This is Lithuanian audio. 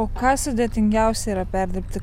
o kas sudėtingiausia yra perdirbti